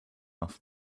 off